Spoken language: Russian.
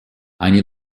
они